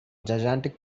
gigantic